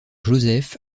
joseph